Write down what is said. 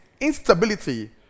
instability